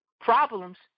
problems